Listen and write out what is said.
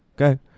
Okay